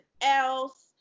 else